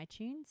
itunes